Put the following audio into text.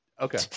Okay